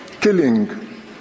killing